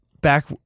back